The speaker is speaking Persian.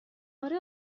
اره